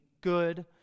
good